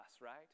right